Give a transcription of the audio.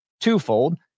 twofold